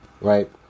right